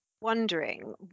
wondering